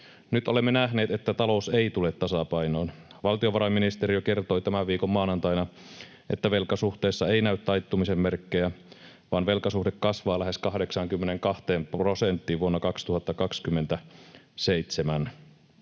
nyt olemme nähneet, että talous ei tule tasapainoon. Valtiovarainministeriö kertoi tämän viikon maanantaina, että velkasuhteessa ei näy taittumisen merkkejä, vaan velkasuhde kasvaa lähes 82 prosenttiin vuonna 2027.